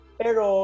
pero